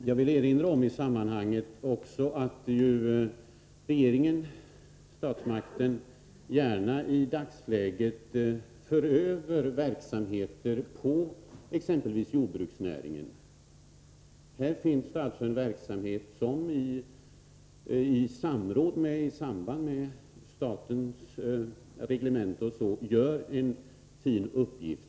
Herr talman! Jag vill i sammanhanget erinra om att regeringen-statsmakten gärna i dagsläget för över verksamhet på exempelvis jordbruksnäringen. Här finns det en verksamhet som i överensstämmelse med statens reglemente fullgör en fin uppgift.